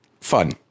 fun